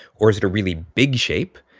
or is it a really big shape?